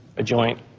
a joint!